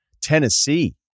Tennessee